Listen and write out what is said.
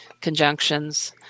conjunctions